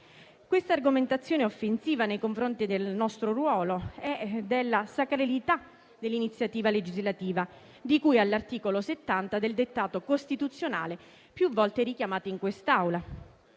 Questa argomentazione è offensiva nei confronti del nostro ruolo e della sacralità dell'iniziativa legislativa, di cui all'articolo 70 del dettato costituzionale, più volte richiamato in quest'Aula.